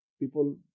people